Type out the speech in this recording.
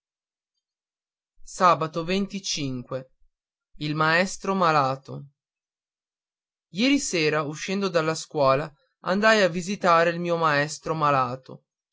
ha viso il maestro malato ao eri sera uscendo dalla scuola andai a visitare il mio maestro malato